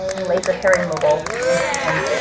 and laser hair removal and and